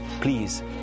Please